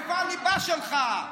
איפה הליבה שלך,